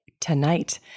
tonight